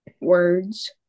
words